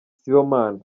sibomana